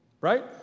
Right